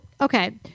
okay